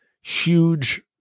huge